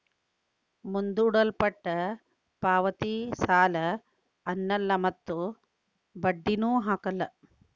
ಮುಂದೂಡಲ್ಪಟ್ಟ ಪಾವತಿ ಸಾಲ ಅನ್ನಲ್ಲ ಮತ್ತು ಬಡ್ಡಿನು ಹಾಕಲ್ಲ